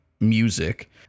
music